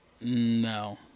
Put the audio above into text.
No